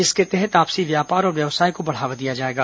इसके तहत आपसी व्यापार और व्यवसाय को बढ़ावा दिया जाएगा